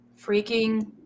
freaking